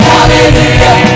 Hallelujah